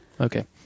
Okay